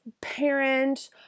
parent